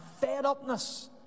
fed-upness